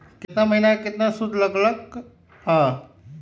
केतना महीना में कितना शुध लग लक ह?